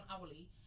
hourly